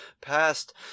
past